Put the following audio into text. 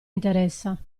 interessa